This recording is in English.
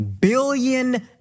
billion